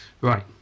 Right